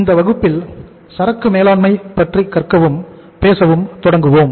இந்த வகுப்பில் சரக்கு மேலாண்மை பற்றி கற்கவும் பேசவும் தொடங்குவோம்